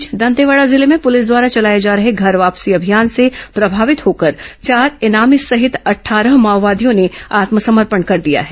बीच इस दंतेवाड़ा जिले में पुलिस द्वारा चलाए जा रहे घर वापसी अभियान से प्रभावित होकर चार इनामी सहित अट्ठारह माओवादियों ने आत्मसमर्पण कर दिया है